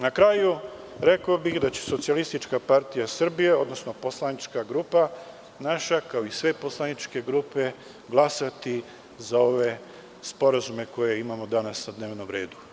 Na kraju rekao bih da će SPS, odnosno poslanička grupa naša, kao i sve poslaničke grupe glasati za ove sporazume koje imamo danas na dnevnom redu.